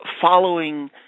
following